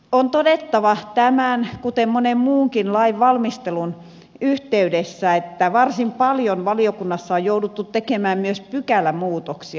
on todettava tämän kuten monen muunkin lain valmistelun yhteydessä että varsin paljon valiokunnassa on jouduttu tekemään myös pykälämuutoksia